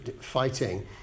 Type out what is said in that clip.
fighting